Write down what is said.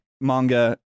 manga